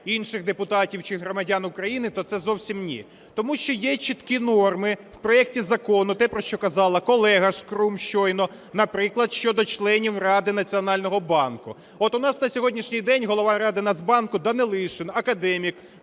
інших депутатів чи громадян України, то це зовсім ні. Тому що є чіткі норми у проекті закону, те, про що казала колега Шкрум щойно, наприклад, щодо членів Ради Національного банку. От у нас на сьогоднішній день голова Ради Нацбанку Данилишин, академік,